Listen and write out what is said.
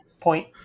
point